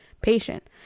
patient